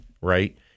right